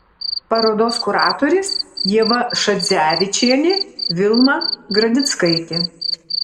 parodos kuratorės ieva šadzevičienė vilma gradinskaitė